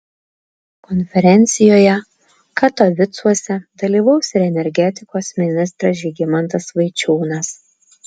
konferencijoje katovicuose dalyvaus ir energetikos ministras žygimantas vaičiūnas